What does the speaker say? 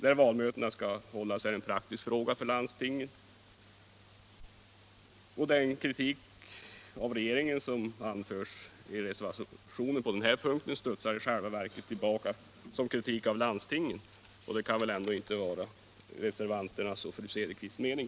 Tidpunkten för valmötena är en praktisk fråga för landstingen att avgöra. Den kritik av regeringen som anförs i reservationen på den här punkten studsar i själva verket tillbaka som kritik av landstingen, och det kan väl ändå inte vara reservanternas mening.